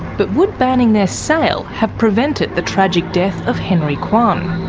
but would banning their sale have prevented the tragic death of henry kwan?